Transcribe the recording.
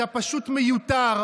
אתה פשוט מיותר,